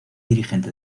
dirigente